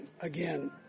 again